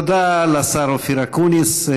תודה לשר אופיר אקוניס.